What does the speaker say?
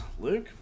Luke